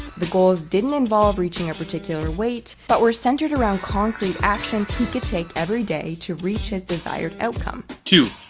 the goals didn't involve reaching a particular weight, but were centered around concrete actions could take every day, to reach his desired outcome. two,